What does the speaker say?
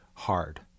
hard